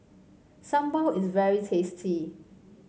sambal is very tasty